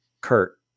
Kurt